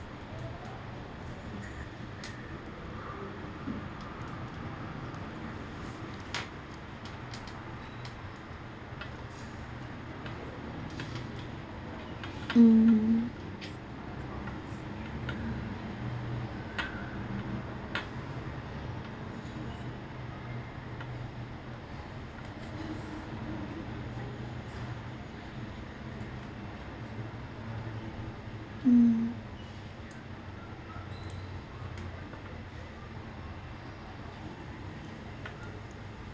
mm mm